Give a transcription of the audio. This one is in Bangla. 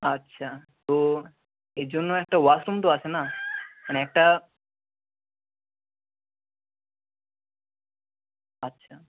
আচ্ছা তো এর জন্য একটা ওয়াশ রুম তো আছে না মানে একটা আচ্ছা